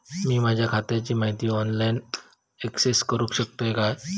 मी माझ्या खात्याची माहिती ऑनलाईन अक्सेस करूक शकतय काय?